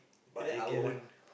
pay our own